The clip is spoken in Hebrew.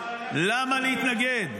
למה להתנגד?